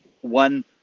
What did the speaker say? one